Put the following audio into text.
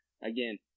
again